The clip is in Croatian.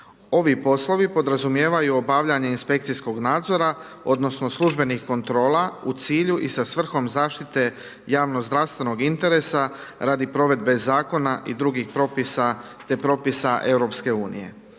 Ovi poslovi podrazumijevaju obavljanje inspekcijskog nadzora odnosno službenih kontrola u cilju i sa svrhom zaštite javno zdravstvenog interesa radi provedbe zakona i drugih propisa te propisa EU.